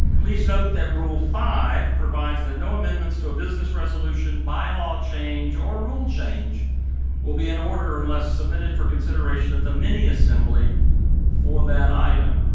please note that rule five provides that no amendments to a business resolution, bylaw change or rule change will be in order unless submitted for consideration at the mini-assembly for that item.